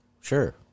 Sure